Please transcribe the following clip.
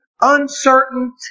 uncertain